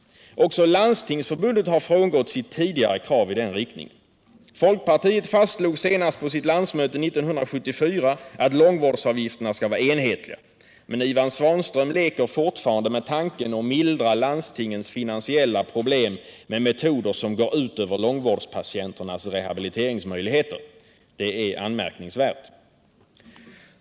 Också Landstingsförbundet har frångått sitt tidigare krav i den riktningen. Folkpartiet fastslog senast på sitt landsmöte 1974 att långvårdsavgifterna skall var enhetliga. Men Ivan Svanström leker fortfarande med tanken att mildra landstingens finansiella problem med metoder som går ut över långvårdspatienternas rehabiliteringsmöjligheter. Det är anmärkningsvärt.